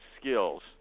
skills